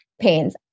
pains